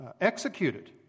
executed